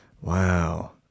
Wow